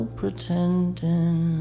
pretending